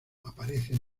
aparecen